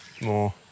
more